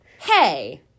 Hey